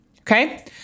Okay